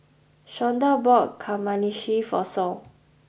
Shawnda bought Kamameshi for Sol